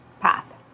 path